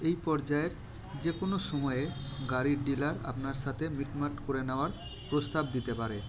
এই পর্যায়ের যে কোনো সময়ে গাড়ির ডিলার আপনার সাথে মিটমাট করে নেওয়ার প্রস্তাব দিতে পারে